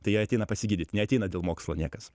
tai jie ateina pasigydyt neateina dėl mokslo niekas